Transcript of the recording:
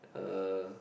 uh